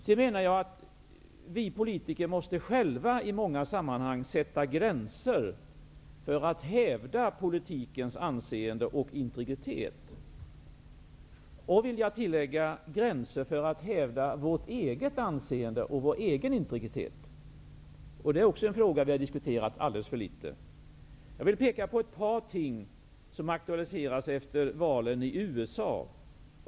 Jag menar att vi politiker själva i många sammanhang måste sätta gränser för att hävda politikens anseende och integritet och sätta gränser för att hävda vårt eget anseende och vår egen integritet. Detta är också en fråga som vi har diskuterat alldeles för litet. Jag vill peka på ett par ting som aktualiseras efter valet i USA.